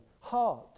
heart